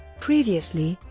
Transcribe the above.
previously,